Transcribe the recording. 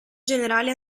generale